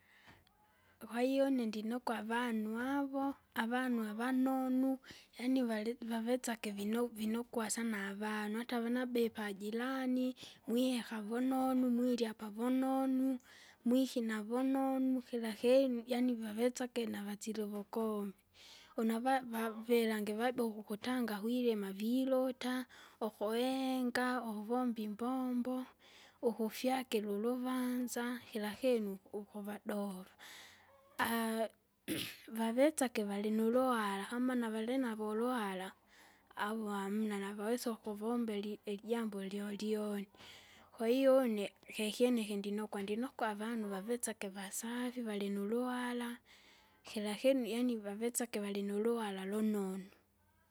kwahiyo une ndinokwa avanu avanu, avanu avanonu, yaani vali vavesage vino- vinokwa sana avanu hata vanabe pajirani, mwihe akavunonu mwirye apavunonu. Mwikina vunonu kira kinu yaani vawesage navasila uvukomi. Una vava vilange vabe ukukutanga kwilima vilota, ukuwenga, ukuvomba imbombo, ukufyakira uluvanza, kirakinu uku- ukuvadolwa vavesage valinuluhara, kama navelenavo uliuhara, avao amauna navawesa ukuvomberi ilijambo lyolyoni. Kwahiyo une kekyene ikindinokwa ndinokwa avanu vavitsake vasafi, valinuluhara, kira kinu yaani vavisage valinuluhara lunonu.